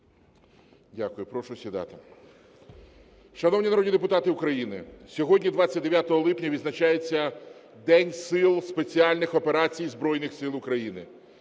Дякую. Прошу сідати. Шановні народні депутати України, сьогодні 29 липня відзначається День Сил спеціальних операцій Збройних Сил України.